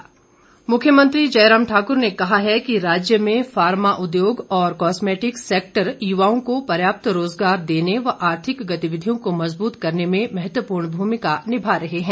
मुख्यमंत्री मुख्यमंत्री जयराम ठाकर ने कहा है कि राज्य में फार्मा उद्योग और कॉस्मेटिक सैक्टर युवाओं को पर्याप्त रोजगार देने व आर्थिक गतिविधियों को मजबूत करने में महत्वपूर्ण भूमिका निभा रहे हैं